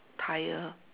tyre